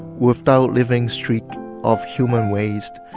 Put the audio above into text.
without leaving streak of human waste,